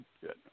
Good